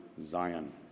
Zion